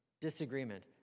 disagreement